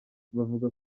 bavuga